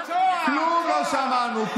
כלום לא שמענו.